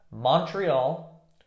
Montreal